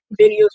videos